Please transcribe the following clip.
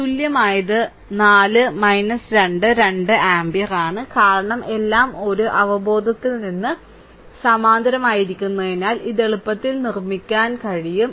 തുല്യമായത് 4 2 2 ആമ്പിയർ ആണ് കാരണം എല്ലാം ഒരു അവബോധത്തിൽ നിന്ന് സമാന്തരമായിരിക്കുന്നതിനാൽ ഇത് എളുപ്പത്തിൽ നിർമ്മിക്കാൻ കഴിയും